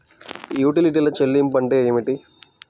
యుటిలిటీల చెల్లింపు అంటే ఏమిటి?